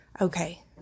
Okay